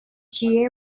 she